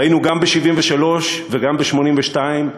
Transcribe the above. ראינו גם ב-1973 וגם ב-1982,